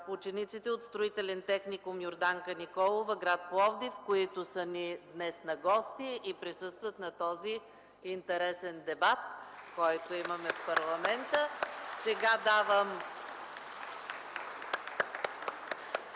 учениците от Строителен техникум „Йорданка Николова” – град Пловдив, които са ни днес на гости и присъстват на този интересен дебат, който имаме в парламента.